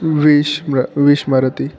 वीष्म्र विस्मरति